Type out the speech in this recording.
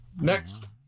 Next